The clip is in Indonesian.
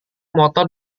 motor